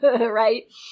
right